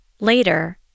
Later